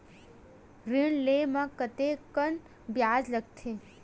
ऋण ले म कतेकन ब्याज लगथे?